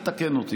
תתקן אותי,